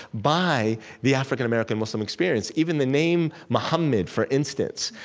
by the african-american muslim experience. even the name muhammad, for instance,